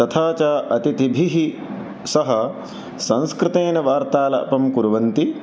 तथा च अतिथिभिः सह संस्कृतेन वार्तालापं कुर्वन्ति